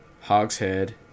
hogshead